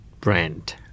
brand